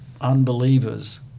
unbelievers